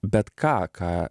bet ką ką